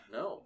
no